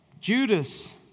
Judas